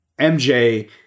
MJ